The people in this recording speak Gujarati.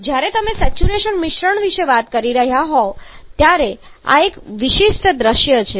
જ્યારે તમે સેચ્યુરેશન મિશ્રણ વિશે વાત કરી રહ્યા હોવ ત્યારે હવે આ એક વિશિષ્ટ દૃશ્ય છે